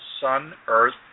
Sun-Earth